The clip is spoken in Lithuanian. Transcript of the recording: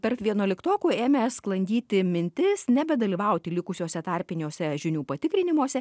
tarp vienuoliktokų ėmė sklandyti mintis nebedalyvauti likusiuose tarpiniuose žinių patikrinimuose